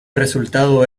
resultado